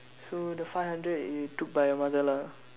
so the five hundred it took by your mother lah